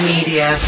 Media